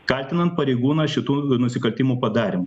kaltinant pareigūną šitų nusikaltimų padarymu